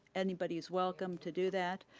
anybody's welcome to do that.